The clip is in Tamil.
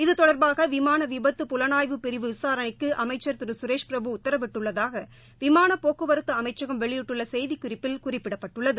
இது தொடர்பாக விமான விபத்து புலனாய்வு பிரிவு விசாரணைக்கு அமைச்சா் திரு சுரேஷ் பிரபு உத்தரவிட்டுள்ளதாக விமான போக்குவரத்து அமைச்சகம் வெளியிட்டுள்ள செய்தி குறிப்பில் குறிப்பிடப்பட்டுள்ளது